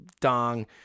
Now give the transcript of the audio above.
dong